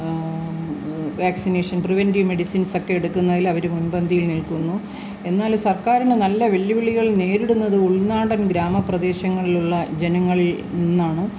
vaccination preventive മെഡിസിൻസൊക്കെ എടുക്കുന്നതിൽ അവർ മുൻപന്തിയിൽ നിൽക്കുന്നു എന്നാലും സർക്കാരിന് നല്ല വെല്ലുവിളികൾ നേരിടുന്നത് ഉൾനാടൻ ഗ്രാമ പ്രദേശങ്ങളിലുള്ള ജനങ്ങളിൽ നിന്നാണ്